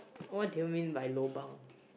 what do you mean by lobang